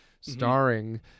starring